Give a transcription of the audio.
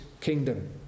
kingdom